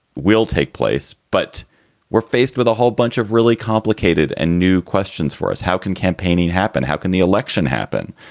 will take place. but we're faced with a whole bunch of really complicated and new questions for us. how can campaigning happen? how can the election happen?